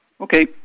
Okay